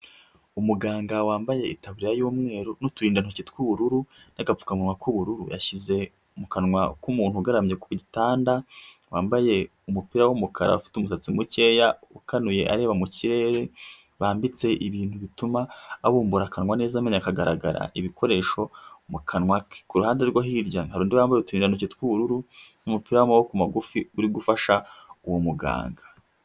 Umuganga wambaye itaburiya y'umweru n'uturindantoki tw'ubururu n'agapfukamuwa k'ubururu yashyize mu kanwa k'umuntu ugaramye ku gitanda wambaye umupira w'umukara ufite umusatsi mukeya ukanuye areba mu kirere bambitse ibintu bituma babumbura akanwa neza amenyo akagaragara ibikoresho mu kanwa ke kuruhande rwe hirya hari undi wambaye uturindantoki tw'ubururu n'umupira w'amaboko magufi uri gufasha uwo muganga.